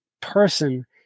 person